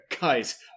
Guys